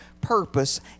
purpose